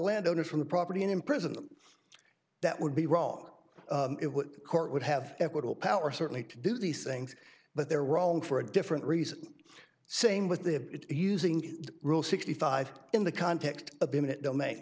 landowners from the property and imprison them that would be wrong it would court would have equitable power certainly to do these things but they're wrong for a different reason same with using rule sixty five in the context of imminent domain